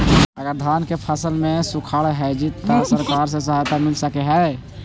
अगर धान के फ़सल में सुखाड़ होजितै त सरकार से सहायता मिल सके हे?